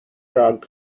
rug